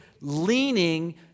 leaning